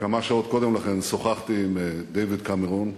וכמה שעות קודם לכן שוחחתי עם דייוויד קמרון,